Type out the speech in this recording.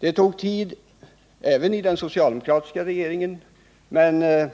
Ärendet har gått långsamt, även under den socialdemokratiska regeringens tid.